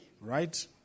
Right